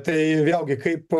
tai vėlgi kaip